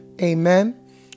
Amen